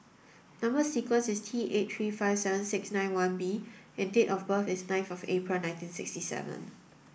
number sequence is T eight three five seven six nine one B and date of birth is ninth April nineteen sixty seven